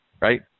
right